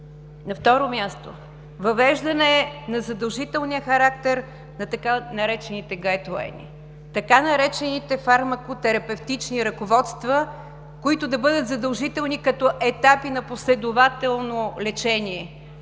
На второ място, въвеждане на задължителния характер на така наречените „гайтлайни“ – така наречените „фармакотерапевтични ръководства“, които да бъдат задължителни като етапи на последователно лечение,